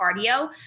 cardio